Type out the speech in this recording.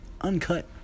uncut